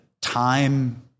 time